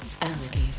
alligator